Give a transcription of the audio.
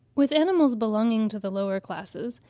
with animals belonging to the lower classes,